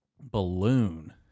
balloon